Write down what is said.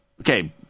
Okay